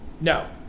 No